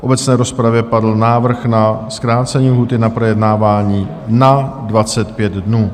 V obecné rozpravě padl návrh na zkrácení lhůty na projednávání na 25 dnů.